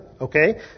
Okay